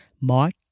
Mark